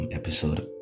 episode